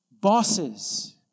bosses